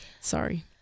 Sorry